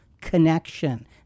connection